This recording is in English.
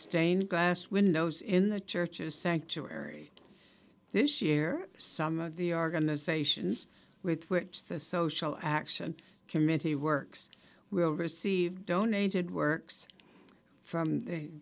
stained glass windows in the churches sanctuary this year some of the organizations with which the social action committee works will receive donated works from